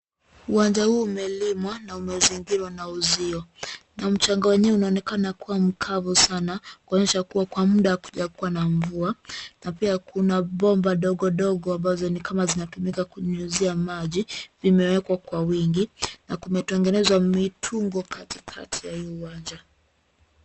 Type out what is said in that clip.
Uwanja huu umelimwa na umezingirwa na uzio na mchanga wenyewe unaonekana kuwa mkavu sana kuonyesha kuwa kwa muda hakujakuwa na mvua na pia kuna bomba dogodogo ambazo ni kama zinatumika kunyunyizia maji. Vimewekwa kwa wingi na kumetengenezwa mitungo katikati ya hii uwnaja.